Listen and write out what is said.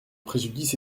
préjudice